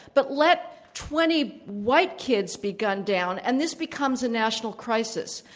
but let twenty white kids be gunned down, and this becomes a national crisis.